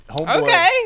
okay